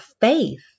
faith